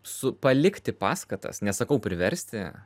su palikti paskatas nesakau priversti